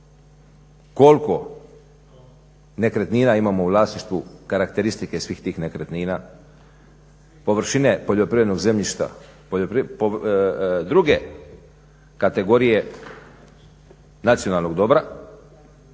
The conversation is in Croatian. koliko nekretnina imamo u vlasništvu, karakteristike svih tih nekretnina, površine poljoprivrednog zemljišta druge kategorije nacionalnog dobra